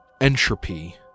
entropy